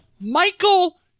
Michael